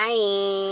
Bye